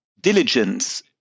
diligence